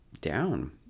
down